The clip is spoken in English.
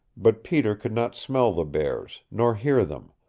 but peter could not smell the bears, nor hear them,